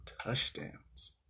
touchdowns